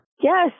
Yes